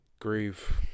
Grieve